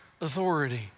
authority